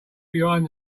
behind